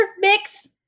mix